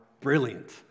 brilliant